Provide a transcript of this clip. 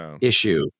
issue